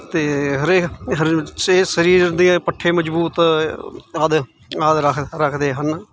ਅਤੇ ਹਰੇ ਸਰੀਰ ਦੇ ਪੱਠੇ ਮਜ਼ਬੂਤ ਆਦਿ ਆਦਿ ਰੱਖ ਰੱਖਦੇ ਹਨ